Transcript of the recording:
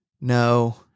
No